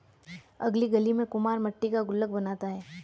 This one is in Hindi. अगली गली में कुम्हार मट्टी का गुल्लक बनाता है